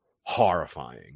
Horrifying